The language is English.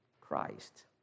Christ